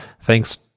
thanks